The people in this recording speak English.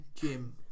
Jim